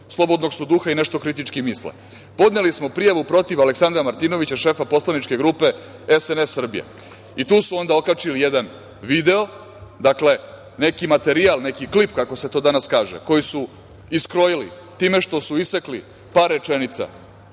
slobodnog su duha i nešto kritički misle - podneli smo prijavu protiv Aleksandra Martinovića, šefa poslaničke grupe SNS Srbija. Tu su onda okačili jedan video, dakle neki materijal, neki klip kako se to danas kaže, koji su iskrojili time što su isekli par rečenica